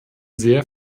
sehr